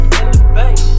elevate